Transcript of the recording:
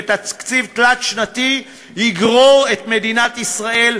ותקציב תלת-שנתי יגרור את מדינת ישראל,